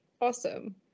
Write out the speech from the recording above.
Awesome